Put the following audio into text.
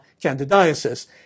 candidiasis